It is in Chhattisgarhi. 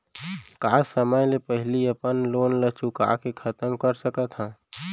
का समय ले पहिली में अपन लोन ला चुका के खतम कर सकत हव?